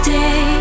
day